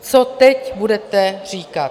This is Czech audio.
Co teď budete říkat?